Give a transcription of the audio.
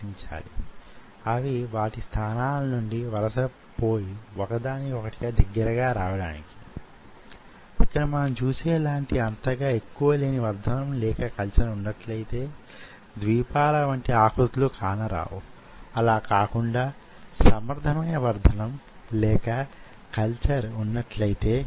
అందులో అక్కడక్కడ planar micro electrode array గురించి దానితో బాటు కణవర్ధణ లేక సెల్ కల్చర్ లో ఫీల్డ్ ట్రాన్సిస్టర్స్ లేక f e ts ల గురించిన సమాచారాన్ని మనం కొంత మేరకు చర్చించుకుందాం